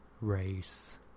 race